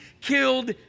killed